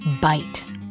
Bite